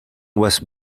was